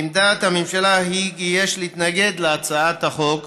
עמדת הממשלה היא כי יש להתנגד להצעת החוק.